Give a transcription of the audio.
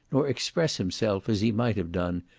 nor express himself as he might have done,